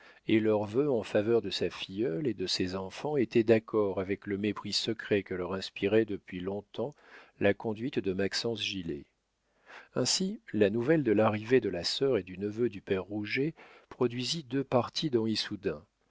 et leurs vœux en faveur de sa filleule et de ses enfants étaient d'accord avec le mépris secret que leur inspirait depuis long-temps la conduite de maxence gilet ainsi la nouvelle de l'arrivée de la sœur et du neveu du père rouget produisit deux partis dans